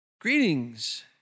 greetings